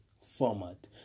format